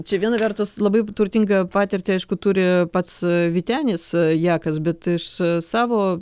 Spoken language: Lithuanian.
čia viena vertus labai turtingą patirtį aišku turi pats vytenis jakas bet iš savo